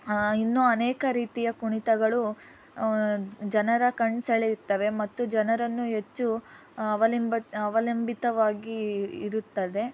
ಇನ್ನೂ ಅನೇಕ ರೀತಿಯ ಕುಣಿತಗಳು ಜನರ ಕಣ್ಣು ಸೆಳೆಯುತ್ತವೆ ಮತ್ತು ಜನರನ್ನು ಹೆಚ್ಚು ಅವಲಂಬಿ ಅವಲಂಬಿತವಾಗಿ ಇರುತ್ತದೆ